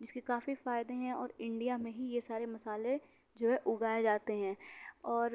جس کے کافی فائدے ہیں اور انڈیا میں ہی یہ سارے مسالے جو ہے اگائے جاتے ہیں اور